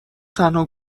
تنها